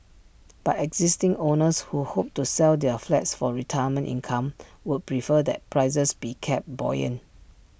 but existing owners who hope to sell their flats for retirement income would prefer that prices be kept buoyant